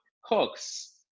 hooks